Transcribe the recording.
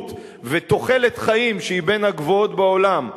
בריאות ותוחלת חיים שהיא בין הגבוהות בעולם.